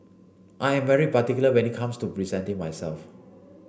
I am very particular when it comes to presenting myself